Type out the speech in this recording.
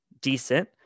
decent